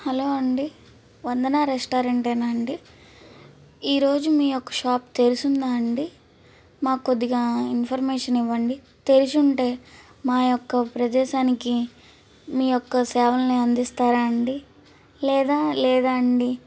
hello అండి వందనా రెస్టారెంటేనా అండి ఈరోజు మీ యొక్క షాప్ తెరిచుందా అండి మా కొద్దిగా ఇన్ఫర్మేషన్ ఇవ్వండి తెరిచుంటే మా యొక్క ప్రదేశానికి మీ యొక్క సేవలని అందిస్తారా అండి లేదా లేదాండి